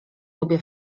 lubię